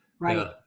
Right